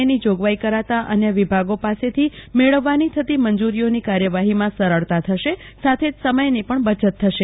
એની જોગવાઈ કરાતા અન્ય વિભાગો પાસેથી મેળવવાની થતી મંજુરીઓની કાર્યવાહીમાં સરળતા થશે સાથે જ સમયની પણ બચત થશે